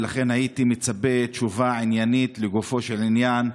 ולכן הייתי מצפה לתשובה עניינית לגופו של עניין,